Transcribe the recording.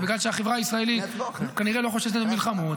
ובגלל שהחברה הישראלית כנראה לא חוששת ממלחמות,